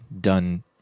done